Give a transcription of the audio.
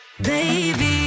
Baby